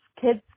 kids